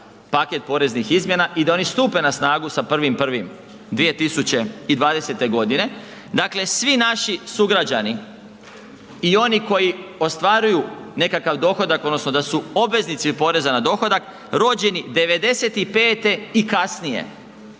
paket poreznih izmjena i da oni stupe na snagu sa 1.1.2020.g., dakle svi naši sugrađani i oni koji ostvaruju nekakav dohodak odnosno da su obveznici poreza na dohodak rođeni '95 i kasnije